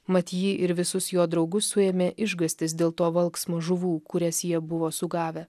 mat jį ir visus jo draugus suėmė išgąstis dėl to valksmo žuvų kurias jie buvo sugavę